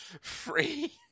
free